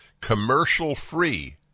commercial-free